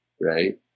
right